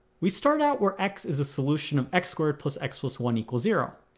we start out where x is a solution of x squared plus x plus one equals zero,